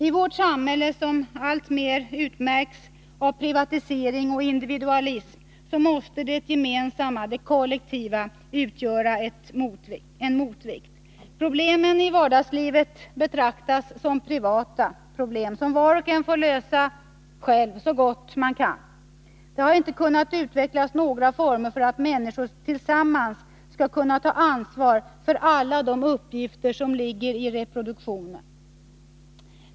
I vårt samhälle, som alltmer kännetecknas av privatisering och individualism måste det gemensamma, det kollektiva, utgöra en motvikt. Problemen i vardagslivet betraktas som privata problem som var och en får lösa själv så gott det går. Det har inte kunnat utvecklas några former för att människor tillsammans skall kunna ta ansvar för alla de uppgifter som ligger i reproduktionen.